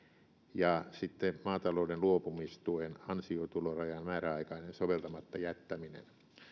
ja sitten maatalouden luopumistuen ansiotulorajan määräaikainen soveltamatta jättäminen